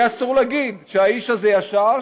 יהיה אסור להגיד שהאיש הזה ישר,